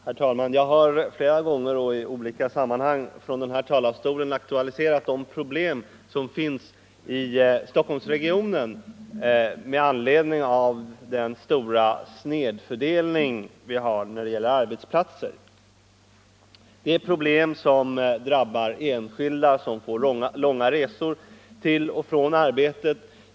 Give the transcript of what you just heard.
Herr talman! Jag har flera gånger och i olika sammanhang från den här talarstolen aktualiserat de problem som finns i Stockholmsregionen med anledning av den stora snedfördelning vi har när det gäller arbetsplatser. Det är problem som drabbar enskilda, som får långa resor till och från arbetet.